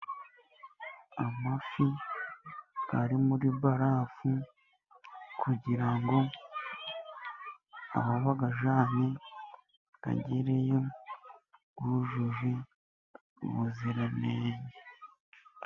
Amafi ari muri barafu kugira ngo aho bayajyanye agereyo yujuje ubuziranenge.